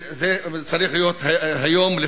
וזה צריך להיות היום,